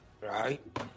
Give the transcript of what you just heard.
Right